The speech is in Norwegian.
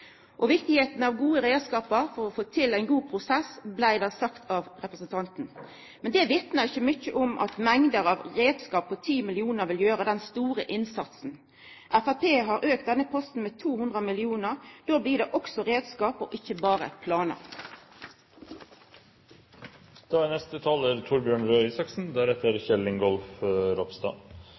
av gode reiskapar for å få til ein god prosess blei påpeikt av representanten. Men 10 mill. kr vitnar ikkje mykje om mengder av reiskap til å gjera den store innsatsen. Framstegspartiet har auka denne posten med 200 mill. kr. Då blir det også reiskap og ikkje berre planar. Representanten Torbjørn Røe Isaksen